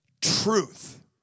truth